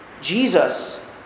Jesus